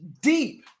deep